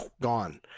gone